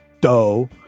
Doe